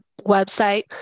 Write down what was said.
website